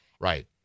Right